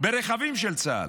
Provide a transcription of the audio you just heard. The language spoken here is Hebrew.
ברכבים של צה"ל.